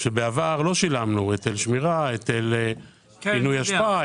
שבעבר לא שילמנו: היטל שמירה, היטל פינוי אשפה,